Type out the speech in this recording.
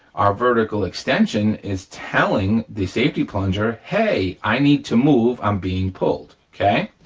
our vertical extension is telling the safety plunger, hey, i need to move, i'm being pulled, okay?